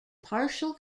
partial